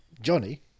Johnny